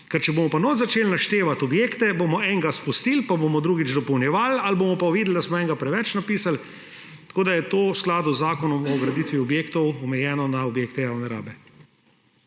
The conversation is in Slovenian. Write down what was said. Če pa bomo notri začeli naštevati objekte, bomo enega izpustili pa bomo drugič dopolnjevali ali bomo pa videli, da smo enega preveč napisali. Tako da je to v skladu z Zakonom o graditvi objektov omejeno na objekte javne rabe.